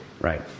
right